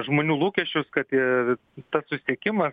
žmonių lūkesčius kad ir tas susiekimas